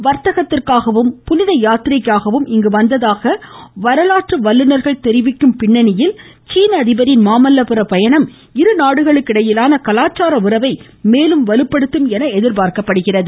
வர்த்தகத்திற்காகவும் புனித யாத்திரைக்காகவும் இங்கு வந்ததாக சீனர்கள் வரலாற்று வல்லுநா்கள் தெரிவிக்குமத் பின்னணியில் சீன அதிபரின் மாமல்லபுர பயணம் இரு நாடுகளுக்கு இடையிலான கலாச்சார் உறவை மேலும் வலுப்படுத்தும் என எதிர்பார்க்கப்படுகிறது